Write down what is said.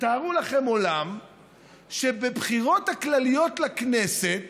תתארו לכם עולם שבבחירות הכלליות לכנסת